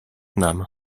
nam